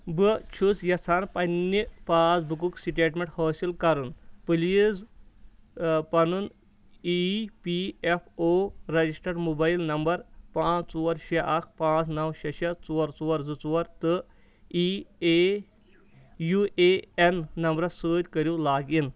بہٕ چھُس یژھان پَنٕنہِ پاس بُکُک سٹیٹمنٹ حٲصِل کرُن، پلیٖز پَنُن E P F O register mobile number پانژھ ژور شےٚ اکھ پانٛژھ نو شےٚ شےٚ ژور ژور زٕ ژور تہٕ ای اے یوٗ اے این نمبرس سۭتۍ کٔرَو لاگ اِن